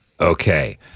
Okay